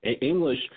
English